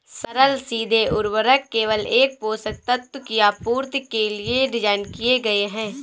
सरल सीधे उर्वरक केवल एक पोषक तत्व की आपूर्ति के लिए डिज़ाइन किए गए है